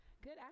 Good